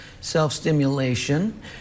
self-stimulation